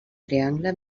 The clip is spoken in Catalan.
triangle